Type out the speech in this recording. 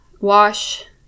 wash